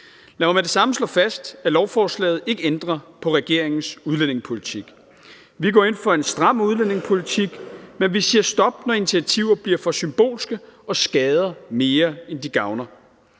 Lad mig med det samme slå fast, at lovforslaget ikke ændrer på regeringens udlændingepolitik. Vi går ind for en stram udlændingepolitik, men vi siger stop, når initiativer bliver for symbolske og skader mere, end de gavner.